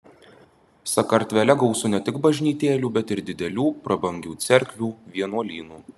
sakartvele gausu ne tik bažnytėlių bet ir didelių prabangių cerkvių vienuolynų